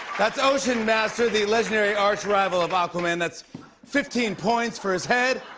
that's ocean master, the legendary arch rival of aquaman. that's fifteen points for his head,